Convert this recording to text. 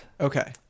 Okay